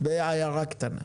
בעיירה קטנה,